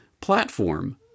platform